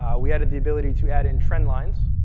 we added the ability to add in trend lines.